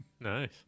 Nice